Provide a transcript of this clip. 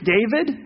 David